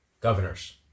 governors